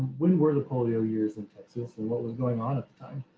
when were the polio years in texas and what was going on at the time?